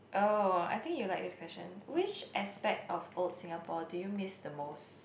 oh I think you'll like this question which aspect of old Singapore do you miss the most